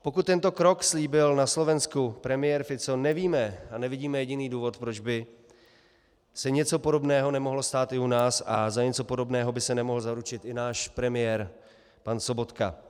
Pokud tento krok slíbil na Slovensku premiér Fico, nevíme a nevidíme jediný důvod, proč by se něco podobného nemohlo stát i u nás a za něco podobného by se nemohl zaručit i náš premiér pan Sobotka.